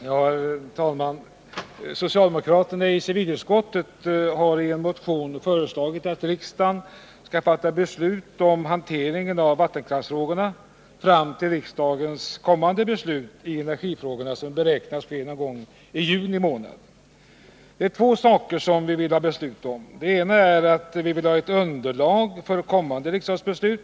Herr talman! Socialdemokraterna i civilutskottet har i en motion föreslagit att riksdagen skall fatta beslut om hanteringen av vattenkraftsfrågorna fram till riksdagens kommande beslut i energifrågorna någon gång i juni månad. Det är två saker som vi vill ha beslut om. Det ena vi vill ha är ett underlag för kommande riksdagsbeslut.